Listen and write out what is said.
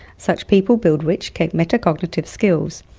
such people build rich metacognitive skills,